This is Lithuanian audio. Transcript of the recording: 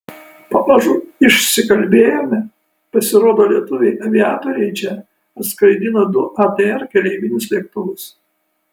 pamažu išsikalbėjome pasirodo lietuviai aviatoriai čia atskraidino du atr keleivinius lėktuvus